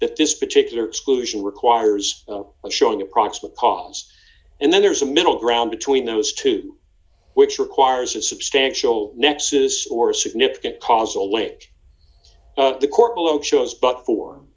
that this particular exclusion requires d a showing proximate cause and then there's a middle ground between those d two which requires a substantial nexus or significant cause away the court below chose but for